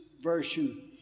version